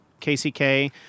KCK